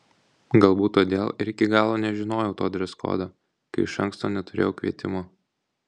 galbūt todėl ir iki galo nežinojau to dreskodo kai iš anksto neturėjau kvietimo